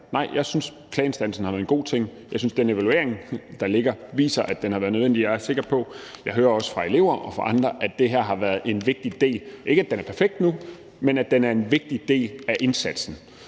Nej, jeg synes, klageinstansen har været en god ting, og jeg synes, at den evaluering, der ligger, viser, at den har været nødvendig. Jeg er sikker på – og det hører jeg også fra elever og fra andre – at det her har været en vigtig del, ikke at den er perfekt nu, men at den er en vigtig del af indsatsen.